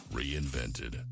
reinvented